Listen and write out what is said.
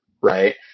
right